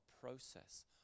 process